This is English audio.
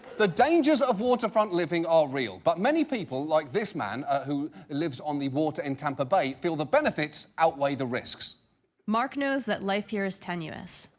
the dangers of waterfront living are real. but many people, like this man, who lives on the water in tampa bay, feel the benefits outweigh the risks. reporter mark knows that life here is tenuous.